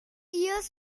years